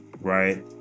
right